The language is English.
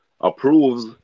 approves